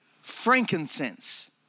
frankincense